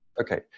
okay